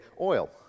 oil